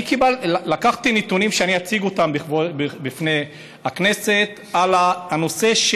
אני לקחתי נתונים ואציג אותם בפני הכנסת על הנושא,